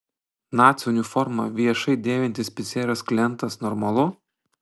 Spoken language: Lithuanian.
nacių uniformą viešai dėvintis picerijos klientas normalu